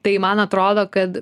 tai man atrodo kad